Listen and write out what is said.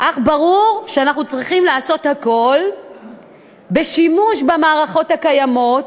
ברור שאנחנו צריכים לעשות הכול בשימוש במערכות הקיימות,